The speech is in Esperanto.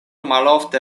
malofte